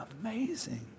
amazing